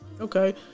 Okay